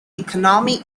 economy